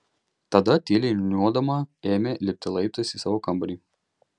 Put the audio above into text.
tada tyliai niūniuodama ėmė lipti laiptais į savo kambarį